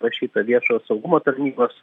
rašyta viešojo saugumo tarnybos